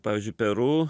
pavyzdžiui peru